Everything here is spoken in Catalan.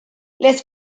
les